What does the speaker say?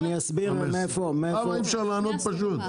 למה אי אפשר לענות פשוט?